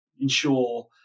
ensure